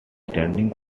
standing